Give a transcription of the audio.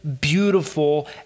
beautiful